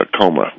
coma